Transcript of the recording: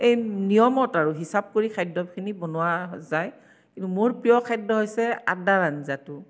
এই নিয়মত আৰু হিচাপ কৰি খাদ্য়খিনি বনোৱা যায় কিন্তু মোৰ প্ৰিয় খাদ্য় হৈছে আদাৰ আঞ্জাটো